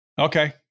Okay